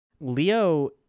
Leo